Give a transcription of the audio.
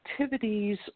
activities